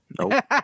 Nope